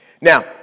Now